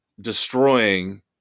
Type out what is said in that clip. destroying